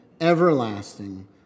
everlasting